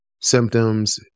symptoms